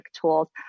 tools